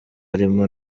arimo